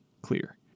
clear